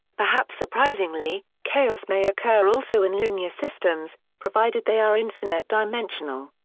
perhaps surprisingly, chaos may occur also in linear systems, provided they are infinite dimensional.